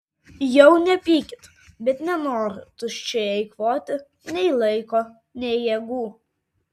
jau nepykit bet nenoriu tuščiai eikvoti nei laiko nei jėgų